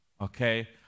Okay